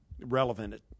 relevant